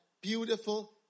beautiful